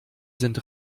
sind